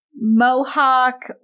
mohawk